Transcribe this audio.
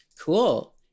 Cool